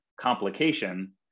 complication